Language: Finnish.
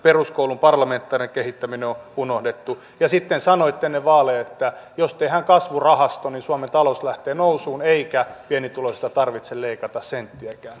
peruskoulun parlamentaarinen kehittäminen on unohdettu ja sitten sanoitte ennen vaaleja että jos tehdään kasvurahasto niin suomen talous lähtee nousuun eikä pienituloisista tarvitse leikata senttiäkään